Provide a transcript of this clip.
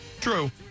True